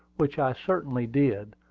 which i certainly did,